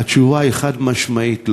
והתשובה היא חד-משמעית לא.